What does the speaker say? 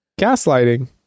gaslighting